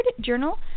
Journal